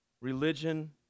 religion